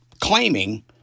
claiming